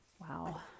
Wow